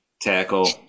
tackle